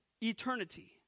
eternity